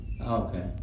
Okay